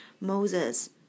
Moses